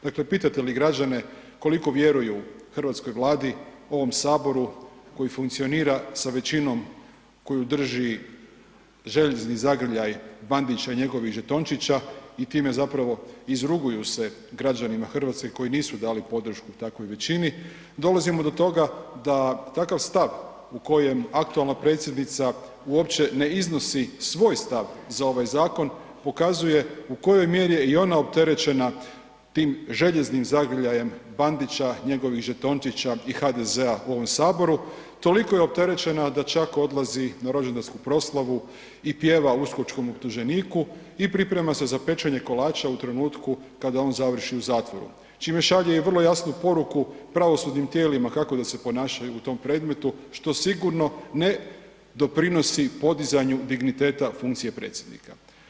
Dakle, pitate li građane koliko vjeruju hrvatskoj Vladi, ovom HS koji funkcionira sa većinom koju drži željezni zagrljaj Bandića i njegovih žetončića i time zapravo izruguju se građanima RH koji nisu dali podršku takvoj većini, dolazimo do toga da takav stav u kojem aktualna predsjednica uopće ne iznosi svoj stav za ovaj zakon, pokazuje u kojoj mjeri je i ona opterećena tim željeznim zagrljajem Bandića, njegovih žetončića i HDZ-a u ovom HS, toliko je opterećena da čak odlazi na rođendansku proslavu i pjeva uskočkom optuženiku i priprema se za pečenje kolača u trenutku kada on završi u zatvoru, čime šalje i vrlo jasnu poruku pravosudnim tijelima kako da se ponašaju u tom predmetu, što sigurno ne doprinosi podizanju digniteta funkcije predsjednika.